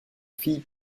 fille